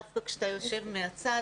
דווקא כשאתה יושב מהצד,